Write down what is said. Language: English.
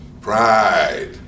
Pride